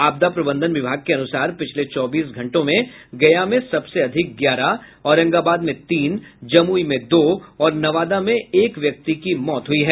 आपदा प्रबंधन विभाग के अनुसार पिछले चौबीस घंटे में गया में सबसे अधिक ग्यारह औरंगबाद में तीन जमुई में दो और नवादा में एक व्यक्ति की मौत हुई है